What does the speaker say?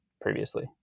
previously